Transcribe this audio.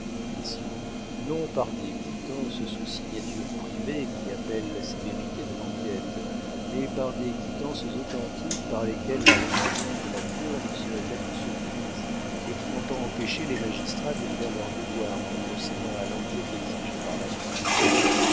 messieurs non par des quittances sous signatures privées qui appellent la sévérité de l'enquête mais par des quittances authentiques par lesquelles la religion de la cour ne saurait être surprise et qui n'ont pas empêché les magistrats de faire leur devoir en procédant à l'enquête exigée par la loi